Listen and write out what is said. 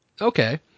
Okay